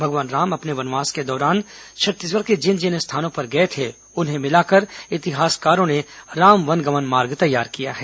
भगवान राम अपने वनवास के दौरान छत्तीसगढ़ के जिन जिन स्थानों पर गए थे उन्हें मिलाकर इतिहासकारों ने राम वन गमन मार्ग तैयार किया है